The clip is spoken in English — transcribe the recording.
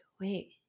wait